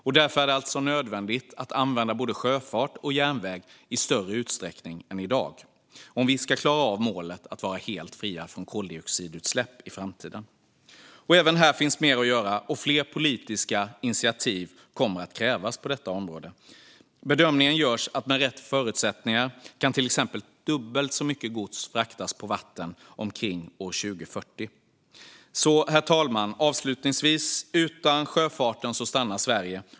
Det är nödvändigt att använda både sjöfart och järnväg i större utsträckning än i dag om vi ska klara av målet att vara helt fria från koldioxidutsläpp i framtiden. Även här finns mer att göra, och fler politiska initiativ kommer att krävas på detta område. Bedömningen görs att med rätt förutsättningar kan till exempel dubbelt så mycket gods fraktas på vatten omkring 2040. Herr talman! Utan sjöfarten stannar Sverige.